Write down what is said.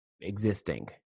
existing